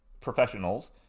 professionals